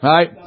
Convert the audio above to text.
Right